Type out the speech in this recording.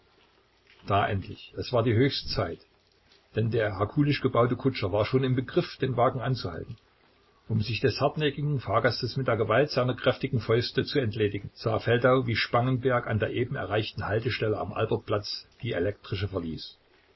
da endlich es war die höchste zeit denn der herkulisch gebaute kutscher war schon im begriff den wagen anzuhalten um sich des hartnäckigen fahrgastes mit der gewalt seiner kräftigen fäuste zu entledigen sah feldau wie spangenberg an der eben erreichten haltestelle am albertplatz die elektrische verließ